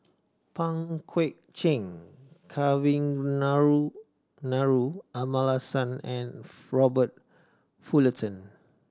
Pang Guek Cheng Kavignarenaru Amallathasan and Robert Fullerton